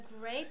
great